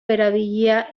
erabilia